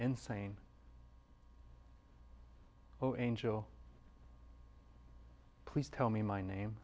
insane oh angel please tell me my name